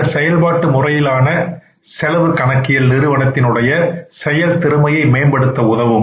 இந்த செயல்பாட்டு முறையிலான செலவு கணக்கியல் நிறுவனத்தின் உடைய செயல் திறமையை மேம்படுத்த உதவும்